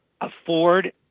afford